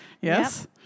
Yes